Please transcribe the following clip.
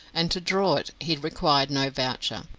and to draw it he required no voucher.